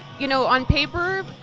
you know on paper,